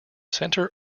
center